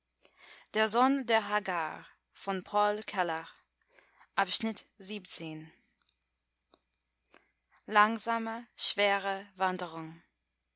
kapitel langsame schwere wanderung